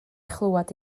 chlywed